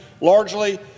largely